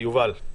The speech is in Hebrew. יובל.